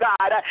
God